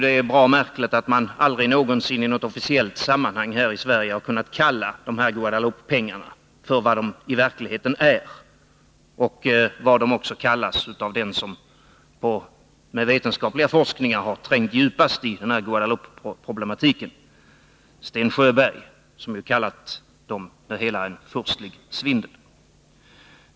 Det är bra konstigt att man aldrig någonsin i ett officiellt sammanhang här i Sverige har kunnat kalla Guadeloupeaffären för vad den i verkligheten är och också benämns av Sten Sjöberg, den som med vetenskaplig forskning har trängt djupast in i Guadeloupeproblematiken, nämligen en furstlig svindel.